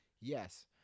Yes